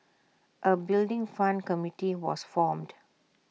A Building Fund committee was formed